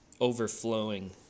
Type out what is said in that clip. overflowing